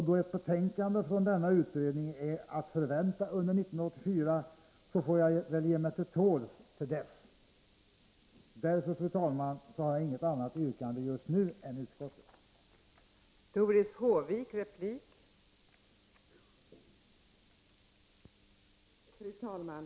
Då ett betänkande från denna utredning är att förvänta under 1984, får jag väl ge mig till tåls till dess. Fru talman! Jag har inget annat yrkande än bifall till utskottets hemställan.